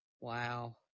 Wow